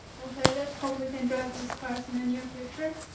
okay, let's hope we can drive those cars in the near future.